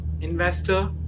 investor